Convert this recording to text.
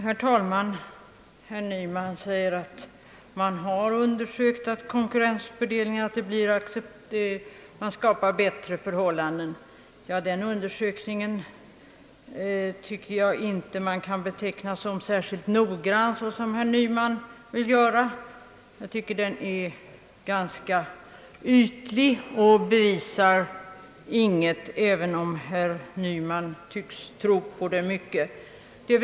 Herr talman! Herr Nyman säger att man har undersökt och funnit att konkurrensfördelningen skapar bättre förhållanden. Den undersökningen tycker jag inte att man, som herr Nyman vill göra, kan beteckna som särskilt noggrann. Jag anser tvärtom att den är ganska ytlig och att den inte bevisar någonting, även om herr Nyman tycks tro på den.